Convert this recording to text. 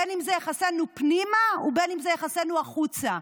בין שאלו יחסינו פנימה ובין שאלו יחסינו החוצה.